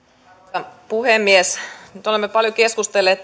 arvoisa puhemies nyt olemme paljon keskustelleet